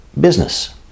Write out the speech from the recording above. business